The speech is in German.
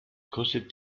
kostet